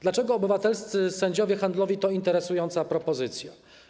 Dlaczego obywatelscy sędziowie handlowi to interesująca propozycja?